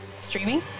Streaming